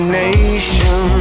nation